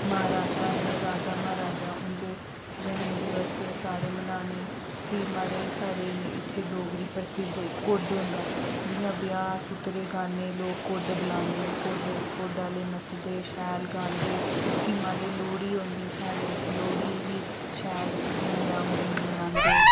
महाराजा न राजा महाराजा उंं'दे जन्मदिवस सारे मनाने फ्ही महाराज साढ़े इत्थै डोगरी प्रसिद्ध कुड्ढ होंदा जियां ब्याह् सूत्तरे गान्ने लोक कुड्ढ बलांदे कुड्ढ कुड्ढ आह्ले नचदे शैल गांदे फ्ही महाराज लोह्ड़ी औंदी सारे लोह्ड़ी गी शैल धूमधाम कन्नै मनांदे